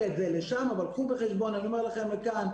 את זה לשם אבל קחו בחשבון אני אומר לכם כאן,